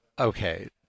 okay